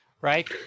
right